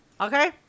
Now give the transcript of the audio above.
Okay